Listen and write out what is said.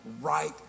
right